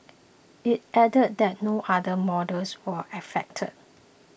it added that no other models were affected